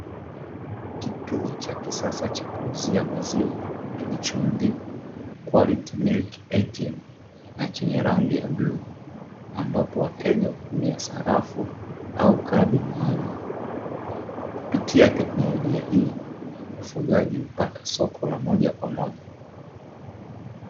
Kituo cha kisasa cha kuuzia maziwa kilichoandikwa "QUALITY MILK ATM" na chenye rangi ya buluu, ambapo wateja hutumia sarafu au kadi maalumu. Kupitia tekinolojia hii wafugaji hupata soko la moja kwa moja.